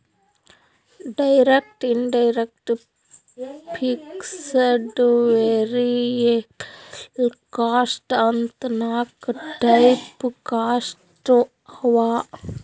direct, indirect, fixed, variable cost ಅಂತ್ ನಾಕ್ type cost ಅವಾ